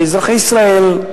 כאזרחי ישראל,